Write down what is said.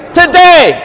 today